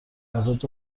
آزاد